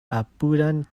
apudan